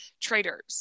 Traders